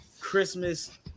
Christmas